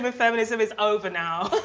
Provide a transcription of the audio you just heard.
but feminism is over now